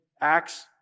Acts